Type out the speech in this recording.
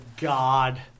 God